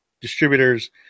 distributors